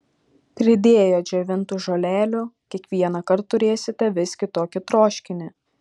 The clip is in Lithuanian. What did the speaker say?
pridėję džiovintų žolelių kiekvienąkart turėsite vis kitokį troškinį